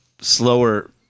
slower